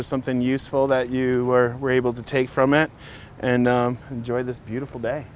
was something useful that you were able to take from it and enjoy this beautiful day